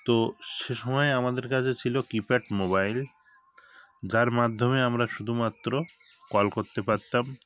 তো সে সময়ে আমাদের কাছে ছিল কিপ্যাড মোবাইল যার মাধ্যমে আমরা শুধুমাত্র কল করতে পারতাম